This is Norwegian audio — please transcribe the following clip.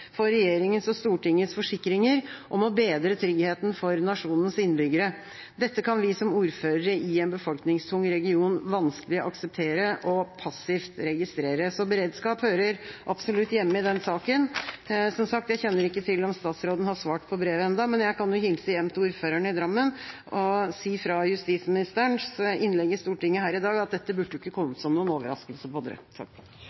for regjeringens og Stortingets forsikringer om å bedre tryggheten for nasjonens innbyggere. Dette kan vi som ordførere i en befolkningstung region vanskelig akseptere og passivt registrere.» Så beredskap hører absolutt hjemme i den saken. Som sagt: Jeg kjenner ikke til om statsråden har svart på brevet ennå, men jeg kan hilse hjem til ordføreren i Drammen og basert på justisministerens innlegg i dag si at dette ikke burde